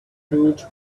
huge